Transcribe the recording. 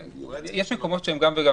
יש מקומות שהם גם וגם,